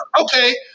Okay